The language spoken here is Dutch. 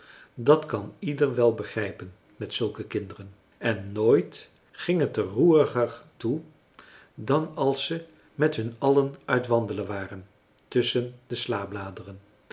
dat kan ieder wel begrijpen met zulke kinderen en nooit ging het er roeriger toe dan als ze met hun allen uit wandelen waren tusschen de slabladeren